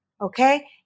okay